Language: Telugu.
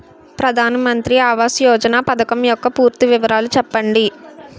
ప్రధాన మంత్రి ఆవాస్ యోజన పథకం యెక్క పూర్తి వివరాలు చెప్పండి?